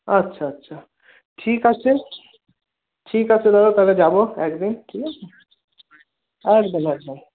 আচ্ছা আচ্ছা ঠিক আছে ঠিক আছে দাদা তাহলে যাব একদিন ঠিক আছে একদম একদম